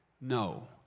No